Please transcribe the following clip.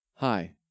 Hi